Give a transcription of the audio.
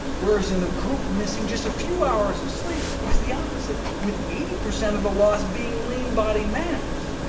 whereas in the group missing just a few hours of sleep, it was the opposite, with eighty percent of the loss being lean body mass.